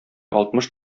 алтмыш